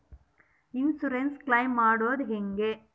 Insurance claim ಮಾಡದು ಹೆಂಗೆ?